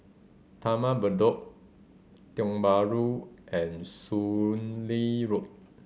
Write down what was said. Taman Bedok Tiong Bahru and Soon Lee Road